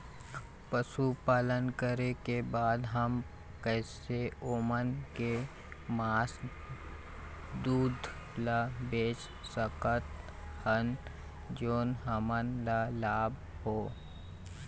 पशुपालन करें के बाद हम कैसे ओमन के मास, दूध ला बेच सकत हन जोन हमन ला लाभ हो?